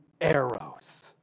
arrows